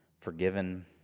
forgiven